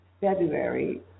February